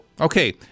Okay